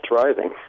thriving